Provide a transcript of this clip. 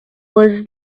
was